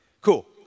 Cool